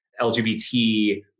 LGBT